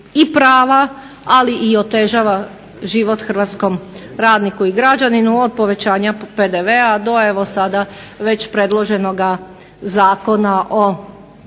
i prava ali i otežava život hrvatskom radniku i građaninu od povećanja PDV-a do evo sad već predloženoga Zakona o